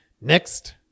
Next